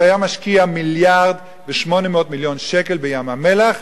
שהיה משקיע מיליארד ו-800 מיליון שקל בים-המלח,